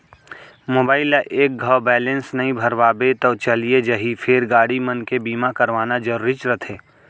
mobile ल एक घौं बैलेंस नइ भरवाबे तौ चलियो जाही फेर गाड़ी मन के बीमा करवाना जरूरीच रथे